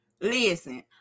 listen